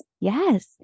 Yes